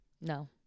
No